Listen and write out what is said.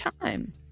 time